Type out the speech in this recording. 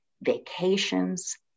vacations